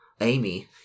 Amy